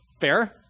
Fair